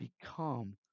become